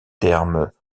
termes